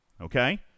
okay